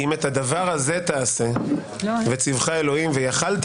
"אם את הדבר הזה תעשה וציווך אלוהים ויכולת